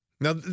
Now